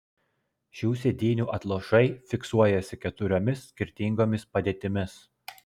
šių sėdynių atlošai fiksuojasi keturiomis skirtingomis padėtimis